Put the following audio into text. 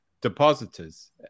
depositors